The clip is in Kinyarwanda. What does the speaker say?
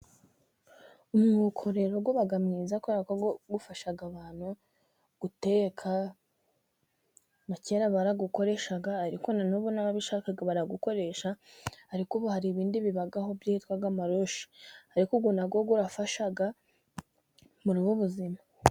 Umwuko rero uba mwiza kubera ko ufasha abantu guteka. Na kera baragukoreshaga ariko n'ubu ababishaka barawukoresha. Ariko n'ubu hari ibindi bibagaho byitwa amarushi. Ariko n'ubu nabwo urafasha muri ubu buzima.